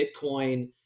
Bitcoin